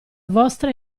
vostra